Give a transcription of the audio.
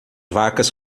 vacas